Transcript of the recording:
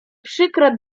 przykra